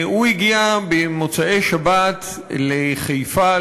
הוא הגיע במוצאי-שבת לחיפה,